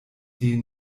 die